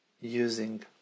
using